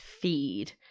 feed